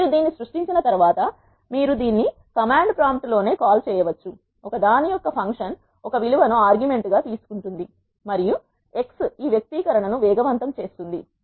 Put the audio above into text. మీరు దీన్ని సృష్టించిన తర్వాత మీరు దీన్ని కమాండ్ ప్రాంప్ట్ లోనే కాల్ చేయవచ్చు ఒక దాని యొక్క ఫంక్షన్ ఒక విలువను ఆర్గ్యుమెంట్గా తీసుకుంటుంది మరియు x ఈ వ్యక్తీకరణ ను వేగవంతం చేస్తుంది